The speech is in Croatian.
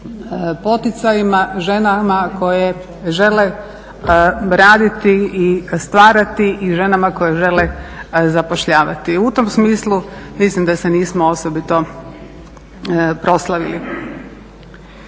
poticajima ženama koje žele raditi i stvarati, i ženama koje žele zapošljavati. U tom smislu mislim da se nismo osobito proslavili.